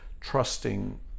trusting